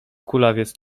kulawiec